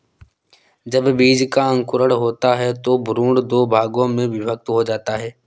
जब बीज का अंकुरण होता है तो भ्रूण दो भागों में विभक्त हो जाता है